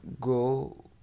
go